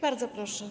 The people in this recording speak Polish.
Bardzo proszę.